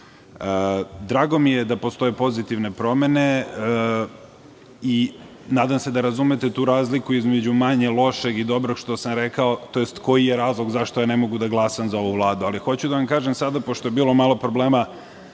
njoj. Drago mi je da postoje pozitivne promene i nadam se da razumete tu razliku između manje lošeg i dobrog što sam rekao, tj. koji je razlog zašto ne mogu da glasam za ovu Vladu. Hoću da vam kažem sada, pošto je bilo malo problema